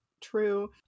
true